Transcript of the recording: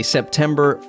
September